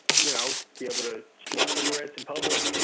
you know be able to smoke cigarettes in public,